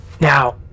Now